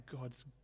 God's